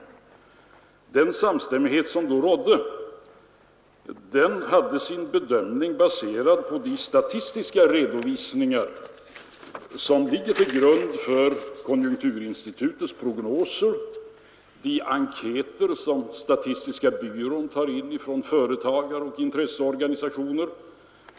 Den samstämmighet som då rådde var baserad på de statistiska redovisningar som ligger till grund för konjunkturinstitutets prognoser och de enkäter som statistiska centralbyrån tar in från företagare och intresseorganisationer.